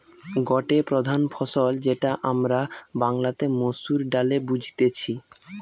গটে প্রধান ফসল যেটা আমরা বাংলাতে মসুর ডালে বুঝতেছি